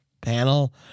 panel